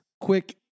quick